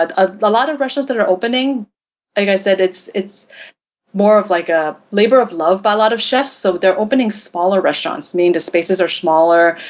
ah a lot of restaurants that are opening, like i said, it's it's more of like a labor of love by a lot of chefs, so they're opening smaller restaurants, meaning, the spaces are smaller,